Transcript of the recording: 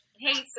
hey